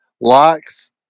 likes